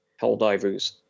Helldivers